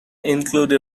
include